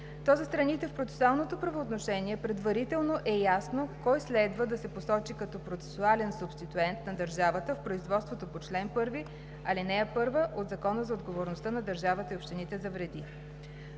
то за страните в процесуалното правоотношение предварително е ясно кой следва да се посочи като процесуален субституент на държавата в производството по чл. 1, ал. 1 от Закона за отговорността на държавата и общините за вреди.